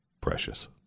precious